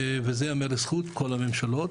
וזה ייאמר לזכות כל הממשלות,